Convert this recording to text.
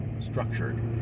structured